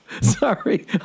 Sorry